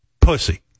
pussy